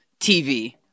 TV